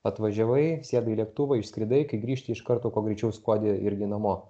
atvažiavai sėdai į lėktuvą išskridai kai grįžti iš karto kuo greičiau skuodi irgi namo